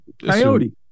coyote